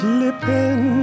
Slipping